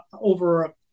over